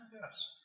yes